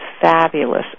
fabulous